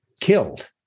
killed